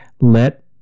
let